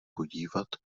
podívat